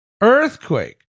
Earthquake